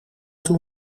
toen